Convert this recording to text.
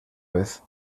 vez